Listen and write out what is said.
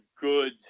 good